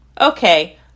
Okay